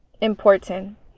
important